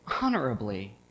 honorably